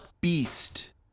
beast